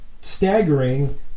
staggering